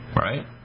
right